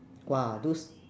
!wah! those